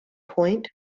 point